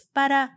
para